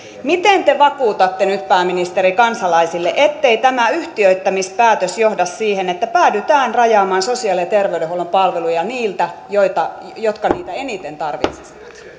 miten te vakuutatte nyt pääministeri kansalaisille ettei tämä yhtiöittämispäätös johda siihen että päädytään rajaamaan sosiaali ja terveydenhuollon palveluja niiltä jotka niitä eniten tarvitsisivat